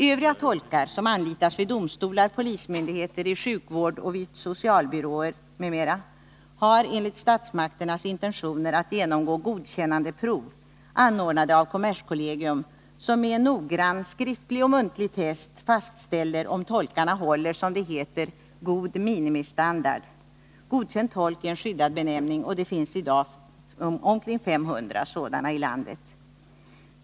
Övriga tolkar, som anlitas vid domstolar, polismyndigheter, i sjukvård och vid socialbyråer m.m., har enligt statsmakternas intentioner att genomgå godkännandeprov, anordnade av kommerskollegium, som med ett noggrant skriftligt och muntligt test fastställer om tolkarna håller som det heter ”god minimistandard”. Godkänd tolk är en skyddad benämning, och det finns i dag omkring 500 sådana tolkar i landet.